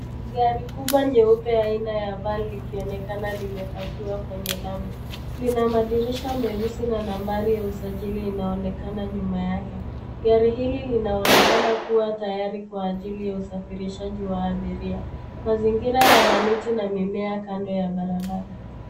Gari kubwa nyeupe aina ya van likionekana limepakiwa kwenye lami. Lina madirisha meusi na nambari nambari ya usajili inaonekana nyuma yake. Gari hili linaonekana kuwa tayari kwa ajili ya usafirishaji wa abiria. Mazingira yana miti na mimea kando ya barabara.